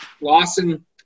Lawson